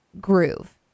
groove